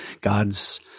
God's